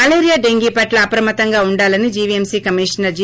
malaria dengue పట్ల అప్రమత్తంగా ఉండాలని జీవీఎంసీ కమీషనర్ జి